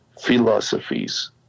philosophies